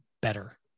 better